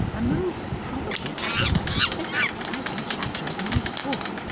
a move that probably sacrificed a very exciting chapter of my book,